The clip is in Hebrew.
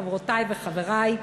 חברותי וחברי,